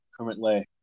currently